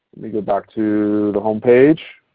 me go back to the home page.